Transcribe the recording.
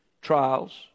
trials